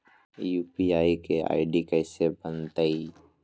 UPI के ID कैसे बनतई?